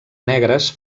negres